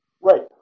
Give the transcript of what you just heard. right